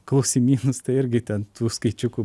klausimynus tai irgi ten tų skaičiukų